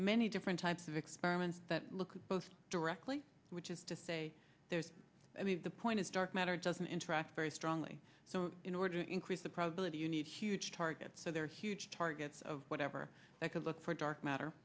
many different types of experiments that look at both directly which is to say there's the point is dark matter doesn't interact very strongly so in order to increase the probability you need huge target so they're huge targets of whatever they could look for dark matter